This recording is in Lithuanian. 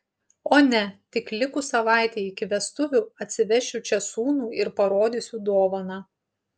o ne tik likus savaitei iki vestuvių atsivešiu čia sūnų ir parodysiu dovaną